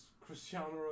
Cristiano